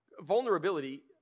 Vulnerability